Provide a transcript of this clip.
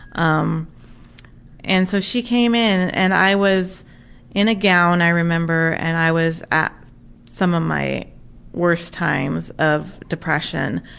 um and so she came in and i was in a gown, i remember, and i was at some of my worst times of depression,